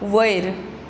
वयर